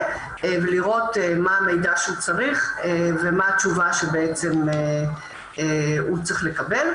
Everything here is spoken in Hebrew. ולראות מה המידע שהוא צריך ומה התשובה שהוא צריך לקבל.